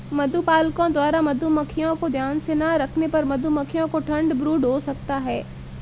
मधुपालकों द्वारा मधुमक्खियों को ध्यान से ना रखने पर मधुमक्खियों को ठंड ब्रूड हो सकता है